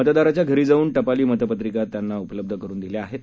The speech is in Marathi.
मतदाराच्याघरीजाऊनटपालीमतपत्रिकात्यांनाउपलब्धकरूनदिल्याआहेत